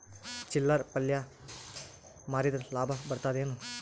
ಚಿಲ್ಲರ್ ಪಲ್ಯ ಮಾರಿದ್ರ ಲಾಭ ಬರತದ ಏನು?